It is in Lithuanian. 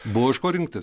buvo iš ko rinktis